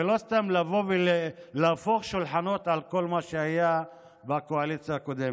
ולא סתם לבוא ולהפוך שולחנות על כל מה שהיה בקואליציה הקודמת.